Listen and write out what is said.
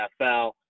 NFL